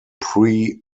pre